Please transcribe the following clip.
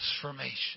transformation